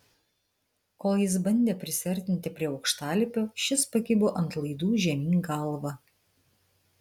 kol jis bandė prisiartinti prie aukštalipio šis pakibo ant laidų žemyn galva